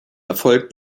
erfolg